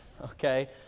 Okay